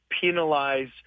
penalize